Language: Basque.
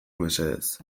mesedez